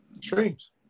streams